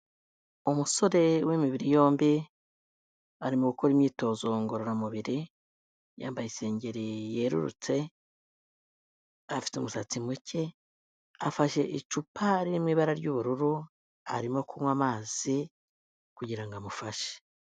Umusore w’imibiri yombi ari mu gukora imyitozo ngororamubiri, yambaye isengeri yerurutse, afite umusatsi muke, afashe icupa ry’amazi y’ubururu arimo kunywa amazi kugira ngo amufashe.